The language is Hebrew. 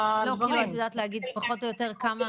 את יודעת להגיד פחות או יותר כמה?